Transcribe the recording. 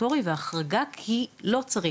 הסטטוטורי והחרגה כי לא צריך.